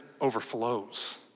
overflows